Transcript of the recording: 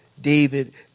David